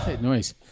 Noise